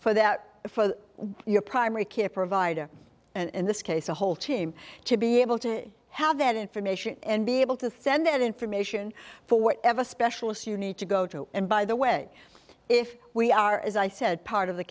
for that for your primary care provider in this case a whole team to be able to have that information and be able to send that information for whatever specialists you need to go to and by the way if we are as i said part of the